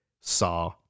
Saw